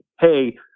hey